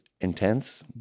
intense